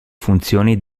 funzioni